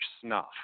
snuff